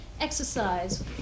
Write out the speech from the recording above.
exercise